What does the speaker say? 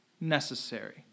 necessary